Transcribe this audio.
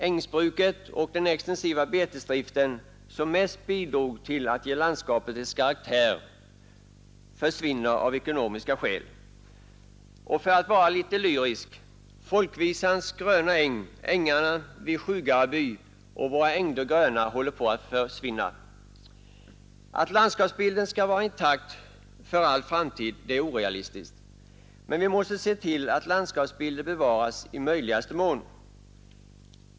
Ängsbruket och den extensiva betesdriften som mest bidrog till att ge landskapet dess karaktär försvinner av ekonomiska skäl. Och för att vara litet lyrisk: folkvisans gröna äng, ängarna vid Sjugareby och våra ”ängder gröna” håller på att förintas. Att landskapsbilden skall vara intakt för all framtid är orealistiskt, men vi måste se till att den bevaras i möjligaste mån.